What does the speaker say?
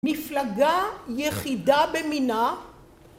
מפלגה יחידה במינה